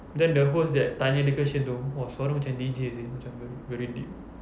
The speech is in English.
then the host that tanya the question itu !wah! suara macam D_J seh macam very very deep